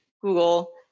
Google